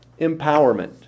empowerment